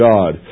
God